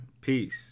Peace